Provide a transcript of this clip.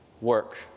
work